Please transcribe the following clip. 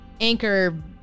Anchor